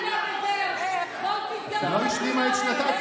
היא לא השלימה את שנתה.